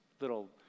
little